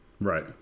Right